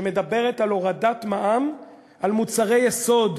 שמדברת על הורדת מע"מ על מוצרי יסוד.